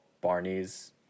Barney's